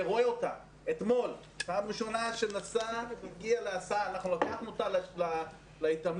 אתמול פעם ראשונה שאנחנו לקחנו אותה להתעמלות.